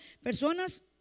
Personas